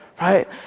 right